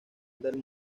del